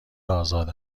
آزاد